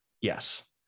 Yes